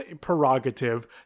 prerogative